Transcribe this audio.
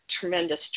tremendous